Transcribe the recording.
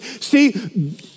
See